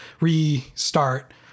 restart